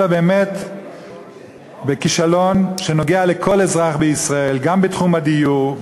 אלא באמת לכישלון שנוגע לכל אזרח בישראל: גם בתחום הדיור,